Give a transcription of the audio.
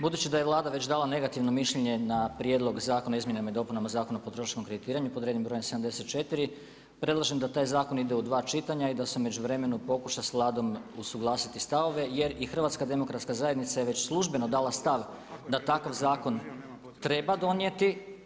Budući da je Vlada već dala negativno mišljenje, na prijedlog Zakona o izmjenama i dopunama Zakona o potrošačkom kreditiranju, pod rednim brojem 74. predlažem da taj zakon ide u 2 čitanja i da se u međuvremenu pokuša s Vladom usuglasiti stavove, jer i HDZ, je već službeno dala stav da takav zakon treba donijeti.